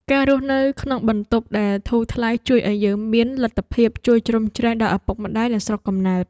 ការរស់នៅក្នុងបន្ទប់ដែលធូរថ្លៃជួយឱ្យយើងមានលទ្ធភាពជួយជ្រោមជ្រែងដល់ឪពុកម្ដាយនៅស្រុកកំណើត។